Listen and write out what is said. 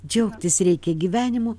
džiaugtis reikia gyvenimu